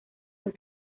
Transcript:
los